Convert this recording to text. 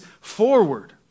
forward